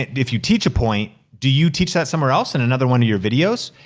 if you teach a point, do you teach that somewhere else, in another one of your videos?